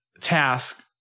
task